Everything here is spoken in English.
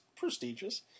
prestigious